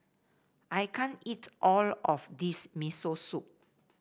I can't eat all of this Miso Soup